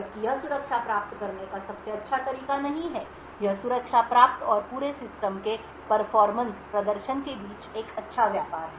जबकि यह सुरक्षा प्राप्त करने का सबसे अच्छा तरीका नहीं है यह सुरक्षा प्राप्त और पूरे सिस्टम के प्रदर्शन के बीच एक अच्छा व्यापार है